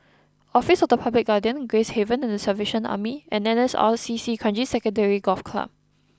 Office of the Public Guardian Gracehaven the Salvation Army and N S R C C Kranji Sanctuary Golf Club